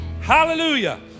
Hallelujah